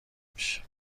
میشه